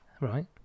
Right